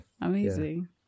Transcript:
Amazing